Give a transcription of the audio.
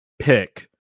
pick